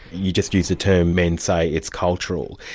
you just used the term men say it's cultural.